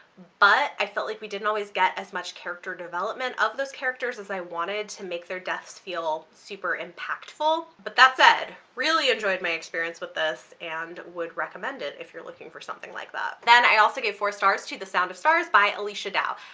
but i felt like we didn't always get as much character development of those characters as i wanted to make their deaths feel super impactful. but that said really enjoyed my experience with this and would recommend it if you're looking for something like that. then i also gave four stars to the sound of stars by alechia dow.